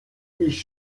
ich